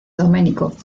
domenico